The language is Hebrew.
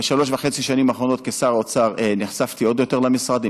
בשלוש וחצי השנים האחרונות כשר אוצר נחשפתי עוד יותר למשרד,